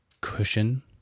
cushion